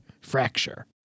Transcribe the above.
fracture